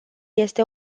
este